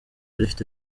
rifite